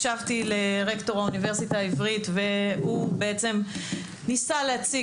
הקשבתי לרקטור האוניברסיטה העברית והוא בעצם ניסה להציג